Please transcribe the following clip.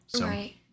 Right